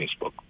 Facebook